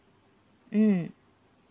mm